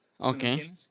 Okay